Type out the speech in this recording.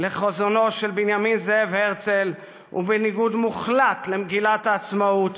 לחזונו של בנימין זאב הרצל ובניגוד מוחלט למגילת העצמאות